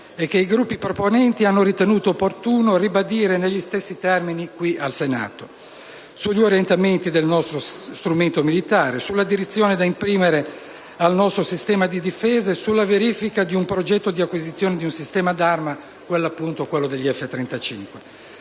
e che i Gruppi proponenti hanno ritenuto opportuno ribadire negli stessi termini al Senato, sugli orientamenti del nostro strumento militare, sulla direzione da imprimere al nostro sistema di difesa e sulla verifica del progetto di acquisizione del sistema d'arma degli F-35;